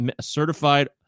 certified